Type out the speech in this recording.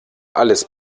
alles